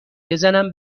بزنم